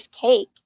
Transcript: cake